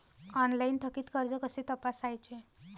Online थकीत कर्ज कसे तपासायचे?